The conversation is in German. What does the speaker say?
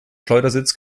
schleudersitz